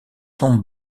sont